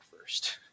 first